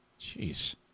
Jeez